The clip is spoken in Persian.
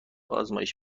آزمایش